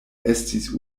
estis